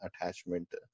attachment